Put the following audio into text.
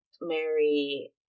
Mary